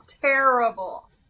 Terrible